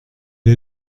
est